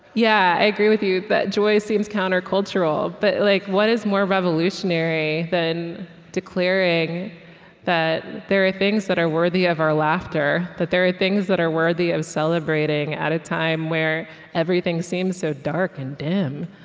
yeah i agree with you that joy seems countercultural. but like what is more revolutionary than declaring that there are things that are worthy of our laughter, that there are things that are worthy of celebrating at a time when everything seems so dark and dim?